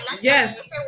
Yes